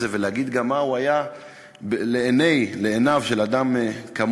ולהגיד גם מה הוא היה בעיניו של אדם כמוני.